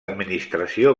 administració